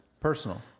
personal